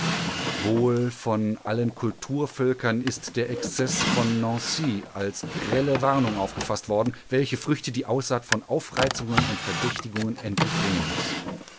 wohl von allen kulturvölkern ist der exzeß von nancy als grelle warnung aufgefaßt worden welche früchte die aussaat von aufreizungen und verdächtigungen endlich bringen muß